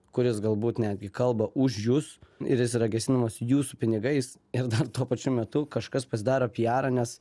kuris galbūt netgi kalba už jus ir jis yra gesinamas jūsų pinigais ir dar tuo pačiu metu kažkas pasidaro pijarą nes